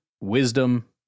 wisdom